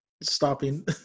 stopping